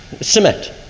Cement